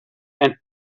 and